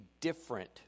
different